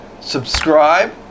subscribe